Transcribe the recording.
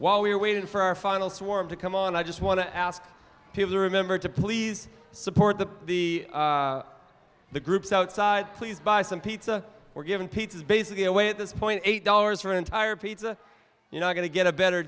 while we're waiting for our final swarm to come on i just want to ask people to remember to please support the the the groups outside please buy some pizza or giving pizzas basically away at this point eight dollars for an entire pizza you know going to get a better